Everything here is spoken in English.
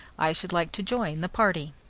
i should like to join the party.